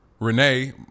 Renee